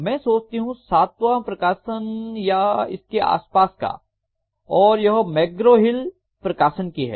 मैं सोचती हूं सातवां प्रकाशन या इसके आसपास का और यह मैकग्रो हिल प्रकाशन की है